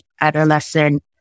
Adolescent